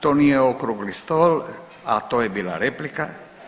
To nije okrugli stol, a to je bila replika.